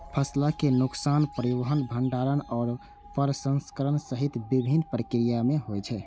फसलक नुकसान परिवहन, भंंडारण आ प्रसंस्करण सहित विभिन्न प्रक्रिया मे होइ छै